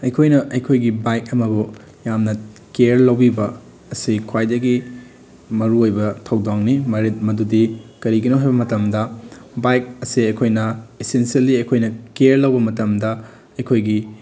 ꯑꯩꯈꯣꯏꯅ ꯑꯩꯈꯣꯏꯒꯤ ꯕꯥꯏꯛ ꯑꯃꯕꯨ ꯌꯥꯝꯅ ꯀꯤꯌꯔ ꯂꯧꯕꯤꯕ ꯑꯁꯤ ꯈ꯭ꯋꯥꯏꯗꯒꯤ ꯃꯔꯨꯑꯣꯏꯕ ꯊꯧꯗꯥꯡꯅꯤ ꯃꯗꯨꯗꯤ ꯀꯔꯤꯒꯤꯅꯣ ꯍꯥꯏꯕ ꯃꯇꯝꯗ ꯕꯥꯏꯛ ꯑꯁꯦ ꯑꯩꯈꯣꯏꯅ ꯏꯁꯦꯟꯁꯦꯜꯂꯤ ꯑꯩꯈꯣꯏꯅ ꯀꯤꯌꯔ ꯂꯧꯕ ꯃꯇꯝꯗ ꯑꯩꯈꯣꯏꯒꯤ